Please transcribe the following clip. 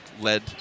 led